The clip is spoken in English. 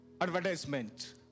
advertisement